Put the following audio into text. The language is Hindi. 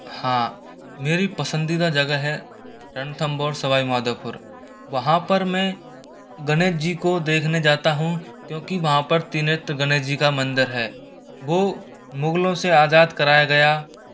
हाँ मेरी पसंदीदा जगह है रणथंबोर सवाई माधोपुर वहाँ पर मैं गणेश जी को देखने जाता हूँ क्योंकि वहाँ पर त्रिनेत्र गणेश जी का मंदिर है वो मुगलों से आजाद कराया गया